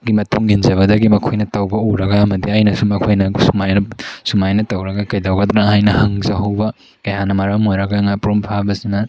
ꯒꯤ ꯃꯇꯨꯡ ꯏꯟꯖꯕꯗꯒꯤ ꯃꯈꯣꯏꯅ ꯇꯧꯕ ꯎꯔꯒ ꯑꯃꯗꯤ ꯑꯩꯅꯁꯨ ꯃꯈꯣꯏꯅ ꯁꯨꯃꯥꯏꯅ ꯇꯧꯔꯒ ꯀꯩꯗꯧꯒꯗ꯭ꯔꯥ ꯍꯥꯏꯅ ꯍꯪꯖꯍꯧꯕ ꯀꯌꯥꯅ ꯃꯔꯝ ꯑꯣꯏꯔꯒ ꯉꯥꯄ꯭ꯔꯨꯝ ꯐꯥꯕꯁꯤꯅ